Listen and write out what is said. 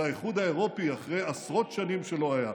של האיחוד האירופי, אחרי עשרות שנים שלא היה.